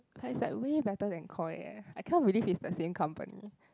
but is like way better than Koi leh I cannot believe it's the same company